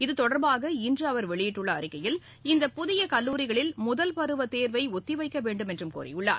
இத்தொடர்பாக இன்று அவர் வெளியிட்டுள் அறிக்கையில் இந்த புதிய கல்லூரிகளில் முதல் பருவ தேர்வை ஒத்திவைக்கவேண்டும் என்றும் கோரியுள்ளார்